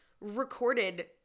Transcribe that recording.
recorded